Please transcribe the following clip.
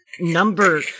number